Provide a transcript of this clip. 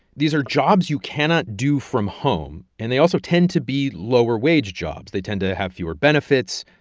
these are jobs you cannot do from home. and they also tend to be lower-wage jobs. they tend to have fewer benefits,